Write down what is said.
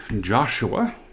Joshua